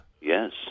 Yes